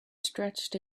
stretched